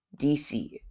DC